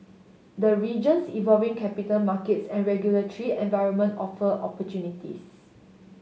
the region's evolving capital markets and regulatory environment offer opportunities